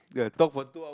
ya talk for two hour